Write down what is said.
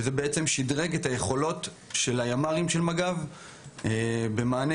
שבעצם שדרג את היכולות של הימ"רים של מג"ב במתן מענה